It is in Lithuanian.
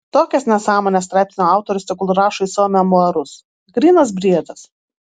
tokias nesąmones straipsnio autorius tegul rašo į savo memuarus grynas briedas